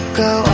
go